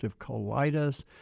colitis